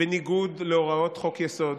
בניגוד להוראות חוק-יסוד,